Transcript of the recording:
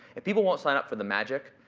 if people won't sign up for the magic,